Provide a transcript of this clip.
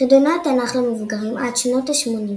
חידוני התנ"ך למבוגרים עד שנות השמונים